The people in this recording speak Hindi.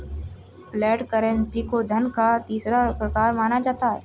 फ्लैट करेंसी को धन का तीसरा प्रकार माना जाता है